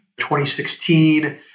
2016